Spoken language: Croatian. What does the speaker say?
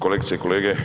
Kolegice i kolege.